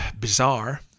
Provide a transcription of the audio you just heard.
bizarre